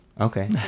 Okay